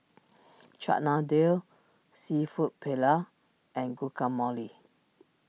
Chana Dal Seafood Paella and Guacamole